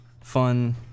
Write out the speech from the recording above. fun